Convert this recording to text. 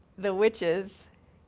the witches,